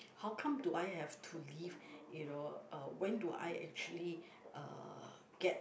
how come do I have to leave you know uh when do I actually uh get